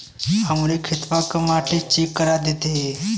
हमरे खेतवा क मटीया एक बार चेक करवा देत?